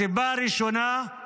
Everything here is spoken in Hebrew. הסיבה הראשונה היא